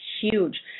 huge